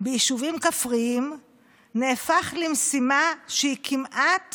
ביישובים כפריים נהפך למשימה שהיא כמעט